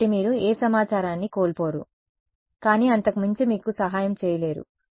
కాబట్టి మీరు ఏ సమాచారాన్ని కోల్పోరు కానీ అంతకు మించి మీకు సహాయం చేయలేరు